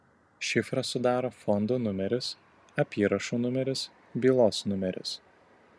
šifrą sudaro fondo numeris apyrašo numeris bylos numeris